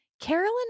Carolyn